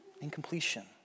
Incompletion